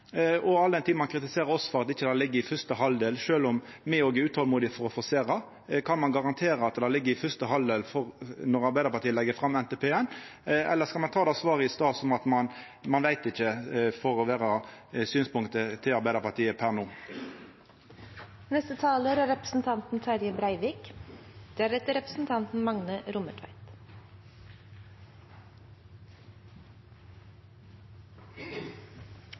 kritiserer oss for at det ikkje ligg inne i fyrste halvdel, sjølv om me òg er utolmodige etter å forsera. Kan ein garantera at det ligg i fyrste halvdel når Arbeidarpartiet legg fram NTP-en? Eller skal ein ta svaret frå i stad om at ein ikkje veit, for å vera synspunktet til Arbeidarpartiet per